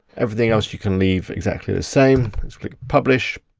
everything else you can leave exactly the same, so click publish.